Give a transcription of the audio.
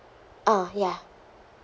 ah ya